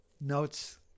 notes